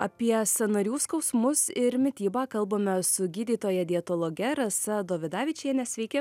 apie sąnarių skausmus ir mitybą kalbame su gydytoja dietologe rasa dovidavičiene sveiki